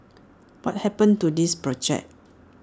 what happened to this project